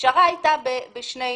הפשרה הייתה בשני עניינים.